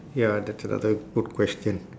ya that's another good question